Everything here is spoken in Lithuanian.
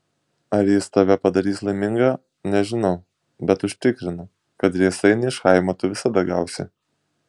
ar jis tave padarys laimingą nežinau bet užtikrinu kad riestainį iš chaimo tu visada gausi